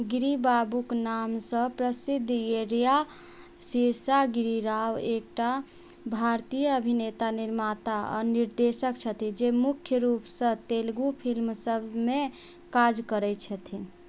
गिरी बाबूक नामसँ प्रसिद्ध येरया सेशागिरी राव एकटा भारतीय अभिनेता निर्माता आ निर्देशक छथि जे मुख्य रूपसँ तेलगु फिल्मसभमे काज करैत छथिन